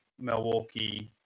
Milwaukee